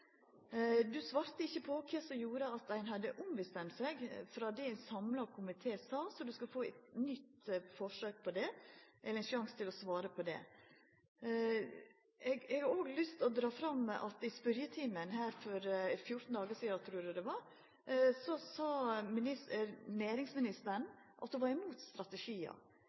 Du svarte ikkje på kva som gjorde at ein hadde ombestemt seg frå det ein samla komité sa, så du skal få ein ny sjanse til å svara på det. Eg har òg lyst til å dra fram at i spørjetimen for 14 dagar sidan, trur eg det var, så sa næringsministeren at ho var imot strategiar,